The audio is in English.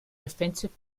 defensive